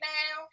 now